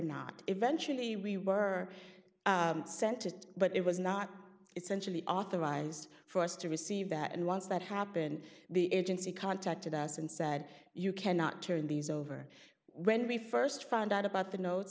not eventually we were sent to but it was not essentially authorised for us to receive that and once that happened the agency contacted us and said you cannot turn these over when we first found out about the notes